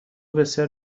بسیار